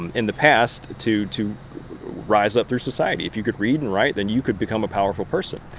and in the past, to to rise up through society. if you could read and write, then you could become a powerful person.